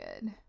good